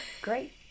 Great